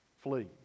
Flee